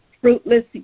fruitless